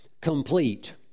complete